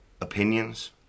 opinions